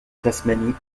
tasmanie